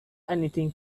anything